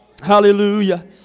hallelujah